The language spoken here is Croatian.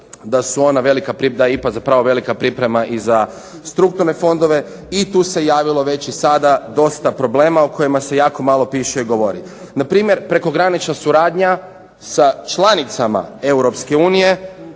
zapravo velika priprema i za strukturne fondove i tu se javilo već i sada dosta problema o kojima se jako malo piše i govori. Na primjer, prekogranična suradnja sa članicama Europske unije